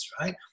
right